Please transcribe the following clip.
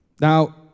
Now